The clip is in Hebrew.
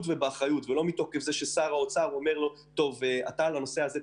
ואחריות ולא מתוך זה ששר האוצר ממנה אותו ספציפית לנושא הזה.